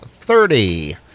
thirty